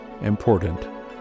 important